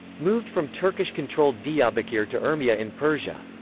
moved from turkish-controlled diyarbakir to urmia in persia.